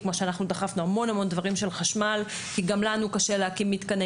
כמו שאנחנו דחפנו המון דברים של חשמל כי גם לנו קשה להקים מתקני